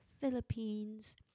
Philippines